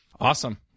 Awesome